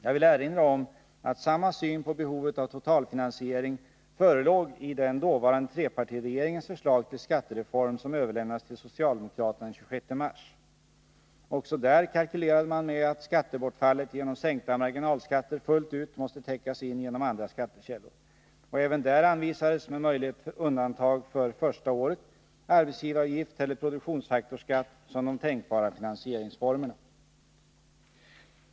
Jag vill erinra om att samma syn på behovet av totalfinansiering förelåg i den dåvarande trepartiregeringens förslag till skattereform som överlämnades till socialdemokraterna den 26 mars. Också där kalkylerade man med att skattebortfallet genom sänkta marginalskatter fullt ut måste täckas in genom andra skattekällor. Och även där anvisades — med möjligt undantag för första året — arbetsgivaravgift eller produktionsfaktorsskatt som de tänkbara finansieringsformerna.